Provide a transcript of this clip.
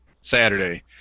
Saturday